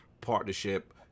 partnership